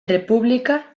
república